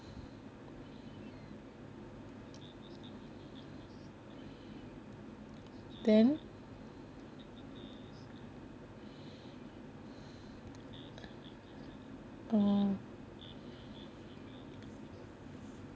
then